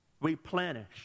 replenish